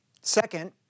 Second